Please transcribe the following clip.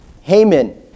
Haman